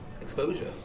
exposure